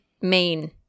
main